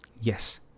Yes